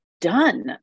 done